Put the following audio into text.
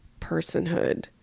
personhood